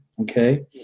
okay